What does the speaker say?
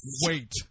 wait